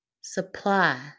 supply